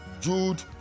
jude